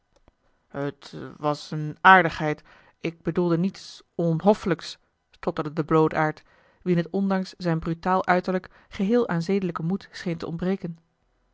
het was eene aardigheid ik bedoelde niets onhoffelijks stotterde de bloodaard wien het ondanks zijn brutaal uiterlijk geheel aan zedelijken moed scheen te ontbreken